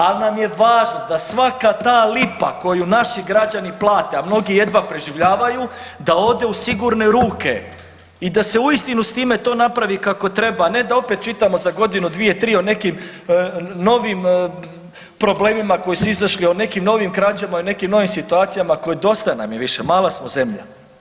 Ali nam je važno da svaka ta lipa koju naši građani plate, a mnogi jedva preživljavaju da ode u sigurne ruke i da se uistinu s time to napravi kako treba, a ne da opet čitamo za godinu, dvije, tri o nekim novim problemima koji su izašli, o nekim novim krađama i o nekim novim situacijama koje dosta nam je više mala smo zemlja.